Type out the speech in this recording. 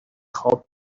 خواب